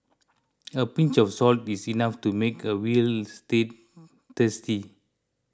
a pinch of salt is enough to make a Veal Stew tasty